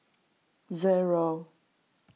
zero